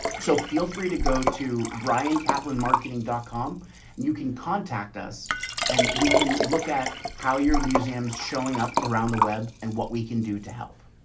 so feel free to go to brian kaplan, marketing dot com and you can contact us and we can look at how your museum's showing up around the web and what we can do to help.